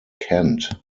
kent